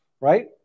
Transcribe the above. right